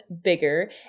bigger